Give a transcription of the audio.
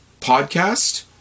podcast